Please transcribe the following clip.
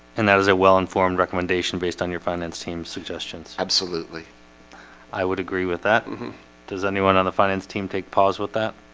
and that is a well-informed recommendation based on your finance team suggestions. absolutely i would agree with that. and does anyone on the finance team take pause with that?